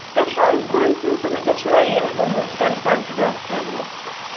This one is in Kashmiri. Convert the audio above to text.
تۅہہِ چھُوا حظ گۄڈٕنٮ۪تھ ؤنۍتَو مےٚ تُہۍ چھُوا یہِ کوٚرمُت کنسلٹ ڈاکٹرن یہِ